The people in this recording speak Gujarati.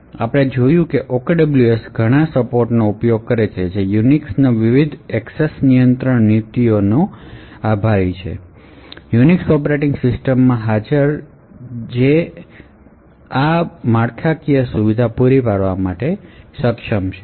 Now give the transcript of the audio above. આપણે જોયું કે OKWSએ હુમલો ઘટાડવા યુનિક્સની ઘણી એક્સેસ નિયંત્રણ નીતિઓ કે જે યુનિક્સ ઑપરેટિંગ સિસ્ટમમાં હાજર છે તેનો ઉપયોગ કર્યો